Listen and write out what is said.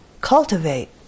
Cultivate